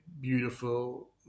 beautiful